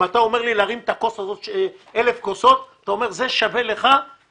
אם אתה אומר לי להרים 1,000 כוסות ואומר שזה שווה לי אגורה